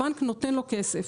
הבנק נותן לו כסף.